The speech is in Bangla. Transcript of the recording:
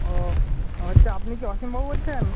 ও আচ্ছা আপনি কি অসীম বাবু বলছেন